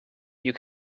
you